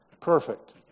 Perfect